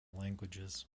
languages